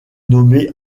nommée